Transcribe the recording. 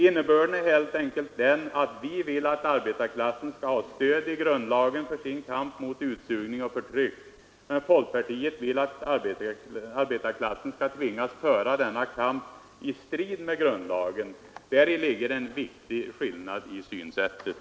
Innebörden är helt enkelt den att vi vill att arbetarklassen skall ha stöd i grundlagen för sin kamp mot utsugning och förtryck, men folkpartiet vill att arbetarklassen skall tvingas föra denna kamp i strid med grundlagen. Däri ligger en viktig skillnad i synsättet.